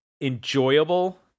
enjoyable